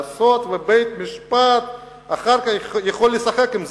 לעשות ובית-משפט יכול אחר כך לשחק עם זה.